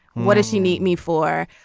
what does she need me for.